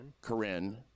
Corinne